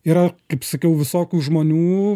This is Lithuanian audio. yra kaip sakiau visokių žmonių